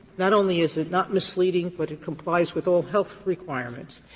not only is it not misleading, but it complies with all health requirements,